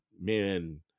men